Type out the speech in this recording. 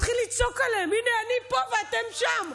מתחיל לצעוק עליהם: הינה, אני פה ואתם שם.